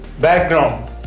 background